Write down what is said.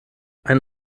ein